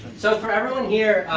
so for everyone here,